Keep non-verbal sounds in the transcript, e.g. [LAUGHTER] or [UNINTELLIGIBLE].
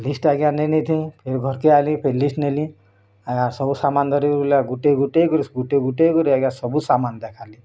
ଲିଷ୍ଟ୍ଟା ଆଜ୍ଞା ନେଇ ନି ଥି ଫିର୍ ଘରକେ ଆଇଲି ଫିର୍ ଲିଷ୍ଟ୍ ନେଲି ଆର୍ ସବୁ ସାମାନ୍ ଧରି [UNINTELLIGIBLE] ଗୁଟେ ଗୁଟେ କରି ଗୁଟେ ଗୁଟେ କରି ଆଜ୍ଞା ସବୁ ସାମାନ୍ ଦେଖାଲି